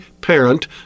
parent